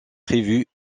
prévus